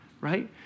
right